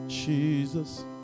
Jesus